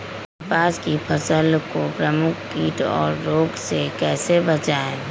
कपास की फसल को प्रमुख कीट और रोग से कैसे बचाएं?